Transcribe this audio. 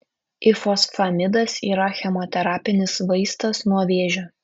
ifosfamidas yra chemoterapinis vaistas nuo vėžio